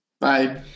Bye